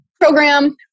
program